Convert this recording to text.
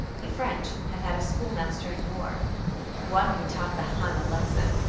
the french have had a schoolmaster in war one who taught the hun a lesson!